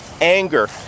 anger